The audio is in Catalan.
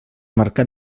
marcat